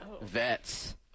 vets